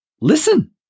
Listen